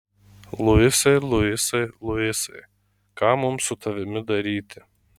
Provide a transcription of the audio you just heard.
luisai luisai luisai ką mums su tavimi daryti